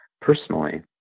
personally